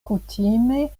kutime